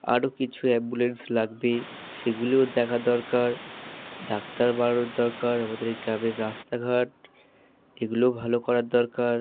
আরও কিছু অ্যাম্বুলেন্স লাগবে সেগুলোও দেখার দরকার ডাক্তার বাড়ানোর দরকার আমাদের এই গ্রামের রাস্তাঘাট এগুলোও ভালো করার দরকার